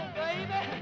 baby